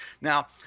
Now